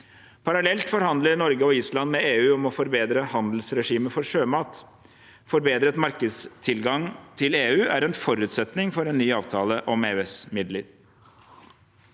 Parallelt forhandler Norge og Island med EU om å forbedre handelsregimet for sjømat. Forbedret markedstilgang til EU er en forutsetning for en ny avtale om EØSmidler.